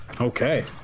Okay